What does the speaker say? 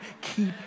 Keep